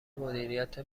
مدیریت